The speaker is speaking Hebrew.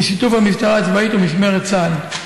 בשיתוף המשטרה הצבאית ומשטרת ישראל.